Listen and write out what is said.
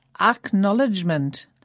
acknowledgement